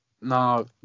no